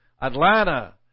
Atlanta